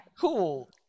cool